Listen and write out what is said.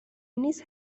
نیست